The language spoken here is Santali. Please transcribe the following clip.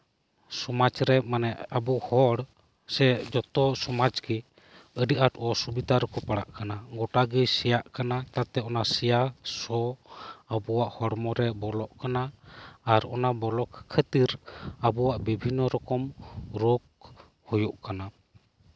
ᱥᱚᱢᱟᱡ ᱨᱮ ᱢᱟᱱᱮ ᱟᱵᱚ ᱦᱚᱲ ᱥᱮ ᱡᱚᱛᱚ ᱥᱚᱢᱟᱡ ᱜᱮ ᱟᱹᱰᱤ ᱟᱸᱴ ᱚᱥᱩᱵᱤᱛᱟ ᱨᱮᱠᱚ ᱯᱟᱲᱟᱜ ᱠᱟᱱᱟ ᱜᱚᱴᱟᱜᱮ ᱥᱮᱭᱟᱜ ᱠᱟᱱᱟ ᱛᱟᱛᱮ ᱚᱱᱟ ᱥᱮᱭᱟ ᱥᱚ ᱟᱵᱚᱣᱟᱜ ᱦᱚᱲᱢᱚ ᱨᱮ ᱵᱚᱞᱚᱜ ᱠᱟᱱᱟ ᱟᱨ ᱚᱱᱟ ᱵᱚᱞᱚᱜ ᱠᱷᱟᱹᱛᱤᱨ ᱟᱵᱚᱣᱟᱜ ᱟᱹᱰᱤ ᱞᱮᱠᱟᱱ ᱨᱚᱠᱚᱢ ᱨᱳᱜᱽ ᱦᱩᱭᱩᱜ ᱠᱟᱱᱟ